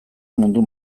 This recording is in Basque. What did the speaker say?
mundu